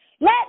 Let